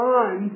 on